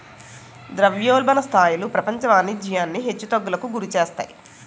ద్రవ్యోల్బణ స్థాయిలు ప్రపంచ వాణిజ్యాన్ని హెచ్చు తగ్గులకు గురిచేస్తాయి